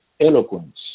eloquence